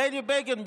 בני בגין,